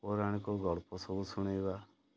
ପୌରାଣିକ ଗଳ୍ପ ସବୁ ଶୁଣାଇବା